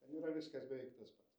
ten yra viskas beveik tas pats